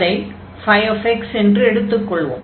அதை φ என்று எடுத்துக் கொள்வோம்